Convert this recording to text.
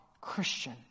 Christian